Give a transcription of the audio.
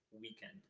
weekend